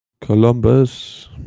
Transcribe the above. Columbus